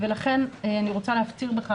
ולכן אני רוצה להפציר בך,